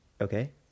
Okay